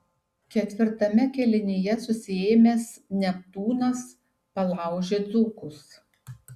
ketvirtame kėlinyje susiėmęs neptūnas palaužė dzūkus